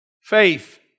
Faith